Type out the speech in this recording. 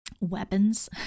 weapons